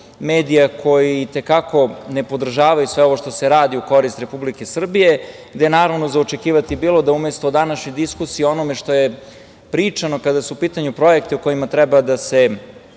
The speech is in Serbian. medija koji i te kako ne podržavaju sve ovo što se radi u korist Republike Srbije, gde je za očekivati bilo da umesto današnje diskusije, o onome što je pričano kada su u pitanju projekti o kojima treba da se